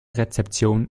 rezeption